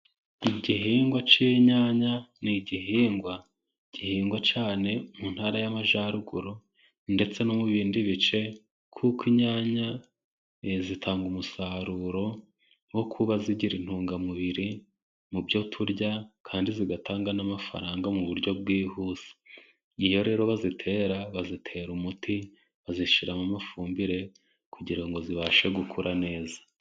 Igihingwa cy'inyanya ni igihingwa gihingwa cyane mu ntara y'amajyaruguru ndetse no mu bindi bice kuko inyanya zitanga umusaruro wo kuba zigira intungamubiri mu byo turya kandi zigatanga n'amafaranga mu buryo bwihuse. Iyo rero bazitera, bazitera umuti, bazishyiramo amafumbire kugira ngo zibashe gukura neza.